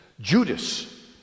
Judas